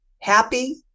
happy